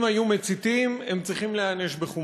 אם היו מציתים, הם צריכים להיענש בחומרה.